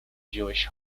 jewish